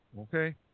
okay